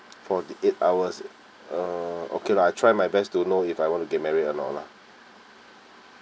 forty eight hours uh okay lah I try my best to know if I want to get married or not lah